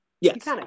Yes